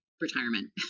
retirement